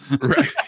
Right